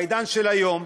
בעידן של היום,